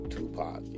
Tupac